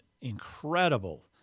incredible